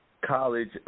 college